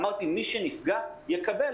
אמרתי שמי שנפגע יקבל.